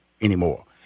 anymore